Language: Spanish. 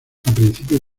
principios